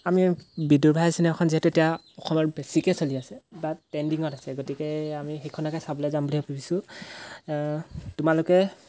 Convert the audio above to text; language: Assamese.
আমি বিদুৰভাই চিনেমাখন যিহেতু এতিয়া অসমত বেছিকৈ চলি আছে বা ট্ৰেণ্ডিঙত আছে গতিকে আমি এই সেইখনকে চাবলৈ যাম বুলি ভাবিছোঁ তোমালোকে